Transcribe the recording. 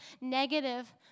negative